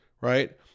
right